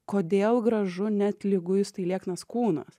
kodėl gražu net liguistai lieknas kūnas